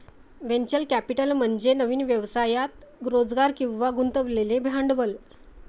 venture capital म्हणजे नवीन व्यवसायात रोजगार किंवा गुंतवलेले भांडवल